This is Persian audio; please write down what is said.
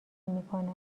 میکند